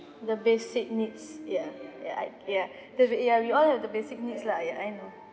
the basic needs ya ya I ya the ya we all have the basic needs lah ya I know